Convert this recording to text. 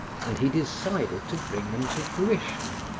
and he decided to bring them to fruition.